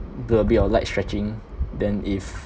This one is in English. do a bit of light stretching then if